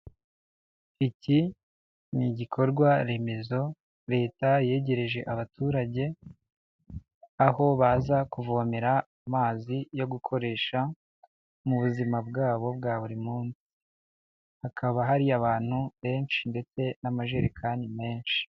Iki ni igikorwa remezo leta yegereje abaturage aho baza kuvomera amazi yo gukoresha mu buzima bwabo bwa buri munsi, hakaba hari abantu benshi ndetse n'amajerekani menshi.